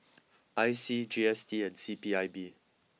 I C G S T and C P I B